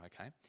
okay